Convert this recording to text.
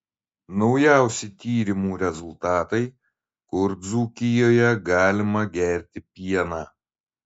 naujausi tyrimų rezultatai kur dzūkijoje galima gerti pieną